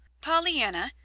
Pollyanna